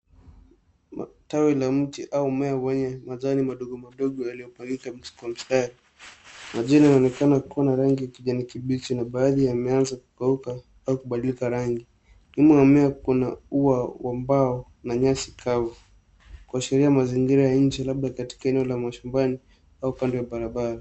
Matawi lamuti au m mea wenye matawi madogo madogo ya lio pangika kwa mstari. Majani yanaonekana kuwa ya rangi kijani kibichi na baadhiyameanza kukauka au kubadilika rangi. Nyuma ya mmea kuna uwa wa mbao na nyasi kavu. Kua shiria mazangira ya inchi labda kati eneo ya mashambani au kando ya barabara.